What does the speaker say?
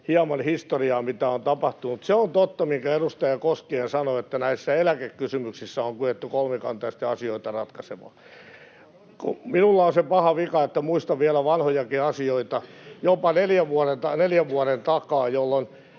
hieman historiaa, mitä on tapahtunut: Se on totta, minkä edustaja Koskinen sanoi, että näissä eläkekysymyksissä on kyetty kolmikantaisesti asioita ratkaisemaan. Minulla on se paha vika, että muistan vielä vanhojakin asioita jopa neljän vuoden takaa, jolloin